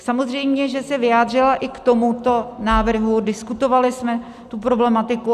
Samozřejmě že se vyjádřila i k tomuto návrhu, diskutovali jsme problematiku.